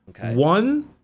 One